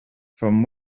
from